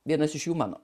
vienas iš jų mano